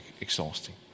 exhausting